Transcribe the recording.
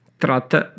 tratta